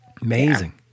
Amazing